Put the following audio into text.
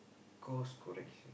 course correction